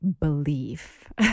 belief